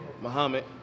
Muhammad